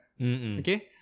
Okay